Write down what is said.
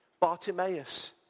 Bartimaeus